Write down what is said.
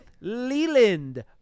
Leland